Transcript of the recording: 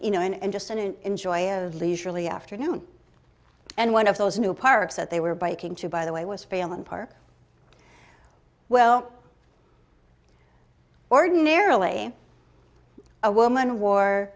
you know and just didn't enjoy a leisurely afternoon and one of those new parks that they were biking to by the way was failon park well ordinarily a woman w